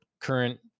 current